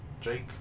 Jake